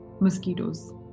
mosquitoes